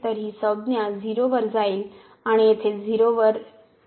तर ही संज्ञा 0 वर जाईल आणि येथे 0 वर जाईल